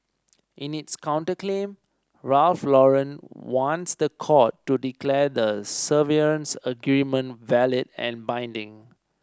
in its counterclaim Ralph Lauren wants the court to declare the severance agreement valid and binding